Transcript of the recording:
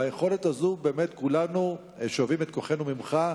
והיכולת הזו, באמת כולנו שואבים את כוחנו ממך,